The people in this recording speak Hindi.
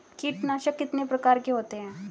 कीटनाशक कितने प्रकार के होते हैं?